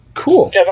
Cool